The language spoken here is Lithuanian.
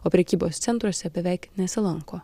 o prekybos centruose beveik nesilanko